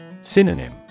Synonym